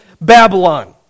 Babylon